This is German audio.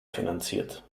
finanziert